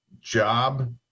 job